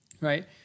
right